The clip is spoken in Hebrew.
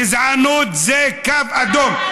עד שיהיה, גזענות זה קו אדום.